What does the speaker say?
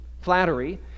flattery